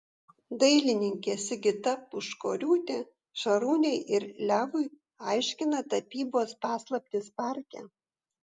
dailininkė sigita puškoriūtė šarūnei ir levui aiškina tapybos paslaptis parke